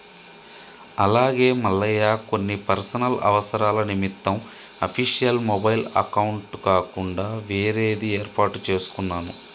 అలాగే మల్లయ్య కొన్ని పర్సనల్ అవసరాల నిమిత్తం అఫీషియల్ మొబైల్ అకౌంట్ కాకుండా వేరేది ఏర్పాటు చేసుకున్నాను